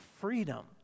freedom